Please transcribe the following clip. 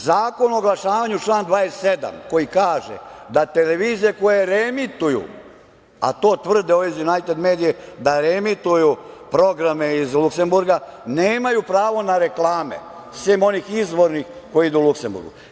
Zakon o oglašavanju, član 27. koji kaže da televizije koje reemituju, a to tvrde ovi iz „Junajted medije“, da reemituju programe iz Luksemburga, nemaju pravo na reklame, sem onih izvornih koje idu u Luksemburgu.